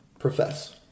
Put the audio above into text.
profess